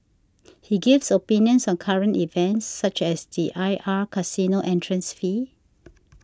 he gives opinions on current events such as the I R casino entrance fee